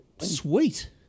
sweet